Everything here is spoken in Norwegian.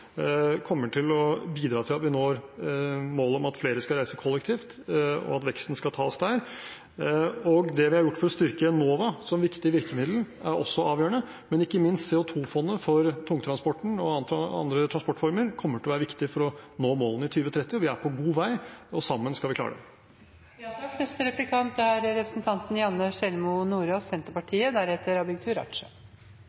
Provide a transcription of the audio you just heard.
kommer til å bidra til at vi når målet om at flere skal reise kollektivt, og at veksten skal komme der. Det vi har gjort for å styrke Enova som viktig virkemiddel, er også avgjørende, men ikke minst CO2-fondet for tungtransporten og andre transportformer kommer til å være viktige for å nå målene i 2030. Vi er på god vei, og sammen skal vi klare